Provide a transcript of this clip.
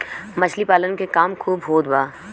मछली पालन के काम खूब होत बा